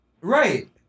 Right